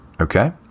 Okay